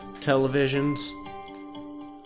televisions